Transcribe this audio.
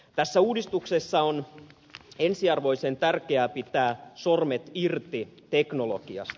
tässä uudistuksessa on ensiarvoisen tärkeää pitää sormet irti teknologiasta